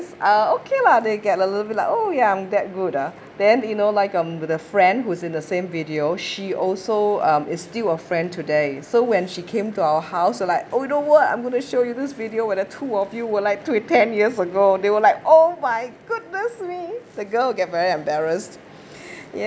uh okay lah they get a little bit like oh ya I'm that good ah then you know like um with the friend who's in the same video she also um is still a friend today so when she came to our house so like oh know what I'm going to show you this video when the two of you were like twin ten years ago they were like oh my goodness me the girl will get very embarrassed